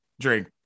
drink